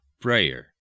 prayer